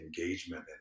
engagement